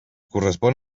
correspon